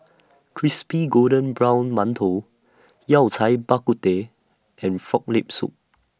Crispy Golden Brown mantou Yao Cai Bak Kut Teh and Frog Leg Soup